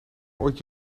ooit